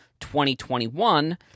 2021